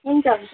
हुन्छ हुन्छ